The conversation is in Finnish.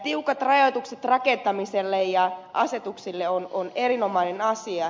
tiukat rajoitukset rakentamiselle ja asetuksille on erinomainen asia